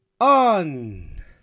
ON